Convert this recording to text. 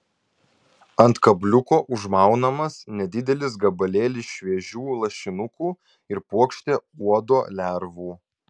ant kabliuko užmaunamas nedidelis gabalėlis šviežių lašinukų ir puokštė uodo lervų